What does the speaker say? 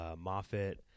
Moffat